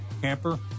camper